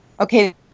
Okay